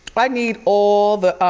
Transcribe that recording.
i need all the